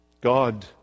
God